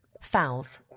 Fouls